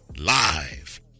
Live